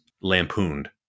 lampooned